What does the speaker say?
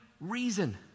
reason